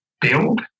build